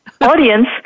Audience